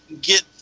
get